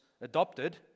adopted